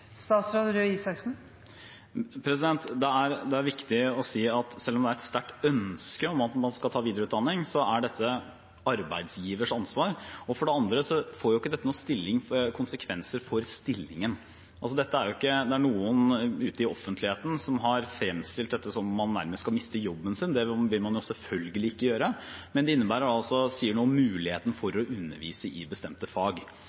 Det er viktig å si at selv om det er et sterkt ønske om at man skal ta videreutdanning, er dette arbeidsgivers ansvar. For det andre får ikke dette noen konsekvenser for stillingen. Det er noen ute i offentligheten som har fremstilt dette som om man nærmest kan miste jobben sin. Det vil man selvfølgelig ikke gjøre. Men det sier noe om muligheten for å undervise i bestemte fag.